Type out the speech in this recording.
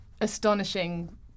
Astonishing